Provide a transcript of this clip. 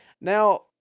Now